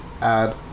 add